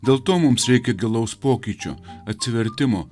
dėl to mums reikia gilaus pokyčio atsivertimo